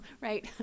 right